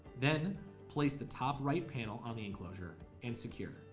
then place the top right panel on the enclosure and secure